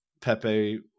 Pepe